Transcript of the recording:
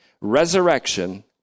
resurrection